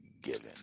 given